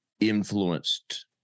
influenced